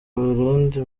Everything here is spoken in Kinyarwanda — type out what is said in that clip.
uburundi